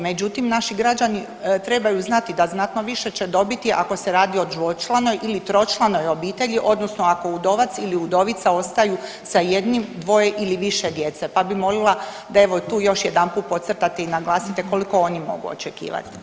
Međutim, naši građani trebaju znati da znatno više će dobiti ako se radi o dvočlanoj ili tročlanoj obitelji, odnosno ako udovac ili udovica ostaju sa jednim, dvoje ili više djece pa bi molila da evo tu još jedanput podcrtate i naglasite koliko oni mogu očekivat.